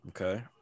Okay